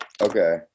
Okay